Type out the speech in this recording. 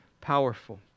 powerful